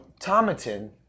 Tomatin